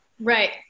Right